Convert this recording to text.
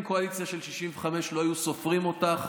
קואליציה של 65 לא היו סופרים אותך.